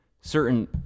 certain